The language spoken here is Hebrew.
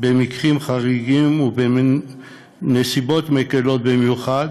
במקרים חריגים ובנסיבות מקלות במיוחד.